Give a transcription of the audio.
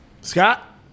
Scott